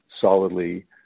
solidly